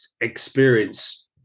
experience